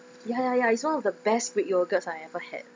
ya ya ya it's one of the best greek yogurts I ever had